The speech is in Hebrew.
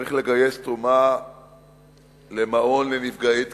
צריך לגייס תרומה למעון לנפגעי תקיפה.